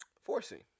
Forcing